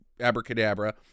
abracadabra